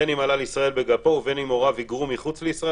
בין אם עלה לישראל בגפו ובין אם הוריו הגרו מחוץ לישראל